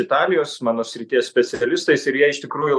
italijos mano srities specialistais ir jie iš tikrųjų